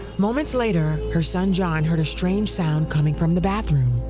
moments later, her son, john, heard a strange sound coming from the bathroom.